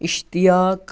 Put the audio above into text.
Ishtiaq